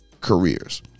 careers